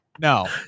no